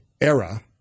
era